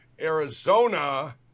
Arizona